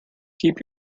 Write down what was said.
keep